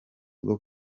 bwo